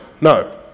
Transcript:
No